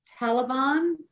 Taliban